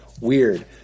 weird